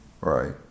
Right